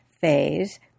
phase